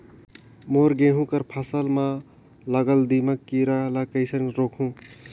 मोर गहूं कर फसल म लगल दीमक कीरा ला कइसन रोकहू?